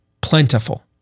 plentiful